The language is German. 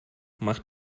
macht